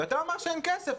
ואתה אומר שאין כסף.